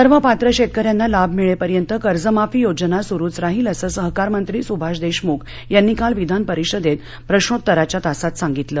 सर्व पात्र शक्किऱ्यांना लाभ मिळध्विंत कर्जमाफी योजना सुरूच राहील असं सहकार मंत्री सुभाष दध्यमुख यांनी काल विधानपरिषदत्त प्रश्नोत्तराच्या तासात सांगितलं